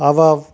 આવા